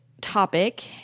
topic